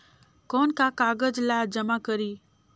कौन का कागज ला जमा करी?